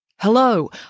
Hello